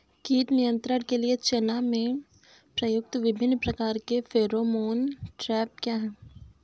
कीट नियंत्रण के लिए चना में प्रयुक्त विभिन्न प्रकार के फेरोमोन ट्रैप क्या है?